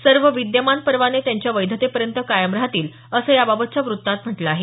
सर्व विद्यमान परवाने त्यांच्या वैधतेपर्यंत कायम राहतील असं याबाबतच्या व्रत्तात म्हटलं आहे